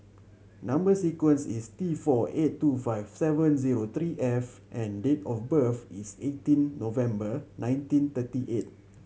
number sequence is T four eight two five seven zero three F and date of birth is eighteen November nineteen thirty eight